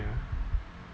you know